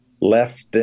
Left